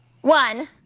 One